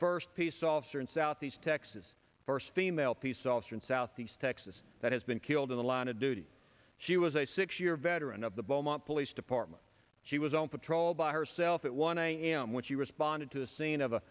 first peace officer in southeast texas first female peace officer in southeast texas that has been killed in the line of duty she was a six year veteran of the beaumont police department she was on patrol by herself at one a m which he responded to the scene of a